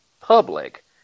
public